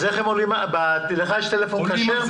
לך יש טלפון כשר?